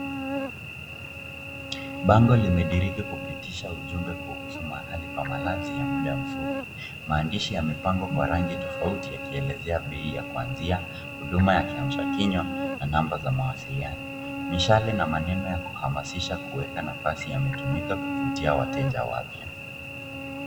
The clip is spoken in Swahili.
Bango limediriki kupitisha ujumbe kuhusu mahali pa Malazi ya muda mfupi. Maandishi yamepambwa kwa rangi tofauti akielezea bei ya kuanzia, huduma ya kiamsha kinywa na namba za mawasiliano. Mishale na maneno ya kuhamasisha kuweka nafasi yametumika kuwavutia wateja wapya.